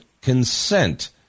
consent